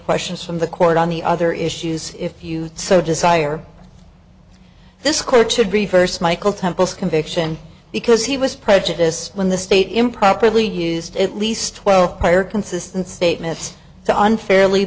questions from the court on the other issues if you so desire this court should be first michael temple's conviction because he was prejudiced when the state improperly used at least twelve prior consistent statements to unfairly